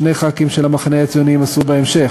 שמות שני חברי כנסת של המחנה הציוני יימסרו בהמשך,